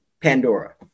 Pandora